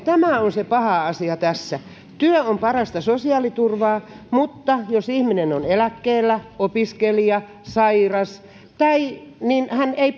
tämä on se paha asia tässä työ on parasta sosiaaliturvaa mutta jos ihminen on eläkkeellä opiskelija sairas niin hän ei